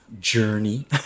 journey